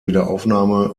wiederaufnahme